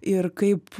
ir kaip